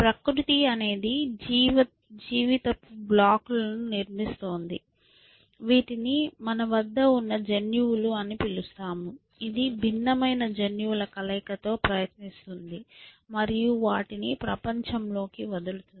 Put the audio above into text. ప్రకృతి అనేది జీవితపు బ్లాకు లను నిర్మిస్తోంది వీటిని మన వద్ద ఉన్న జన్యువులు అని పిలుస్తాము ఇది భిన్నమైన జన్యువుల కలయికతో ప్రయత్నిస్తుంది మరియు వాటిని ప్రపంచంలోకి వదులుతుంది